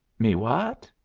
me what?